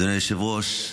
אדוני היושב-ראש,